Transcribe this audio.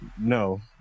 No